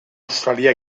australià